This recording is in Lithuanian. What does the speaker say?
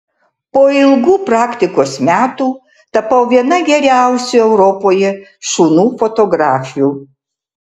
po ilgų praktikos metų tapau viena geriausių europoje šunų fotografių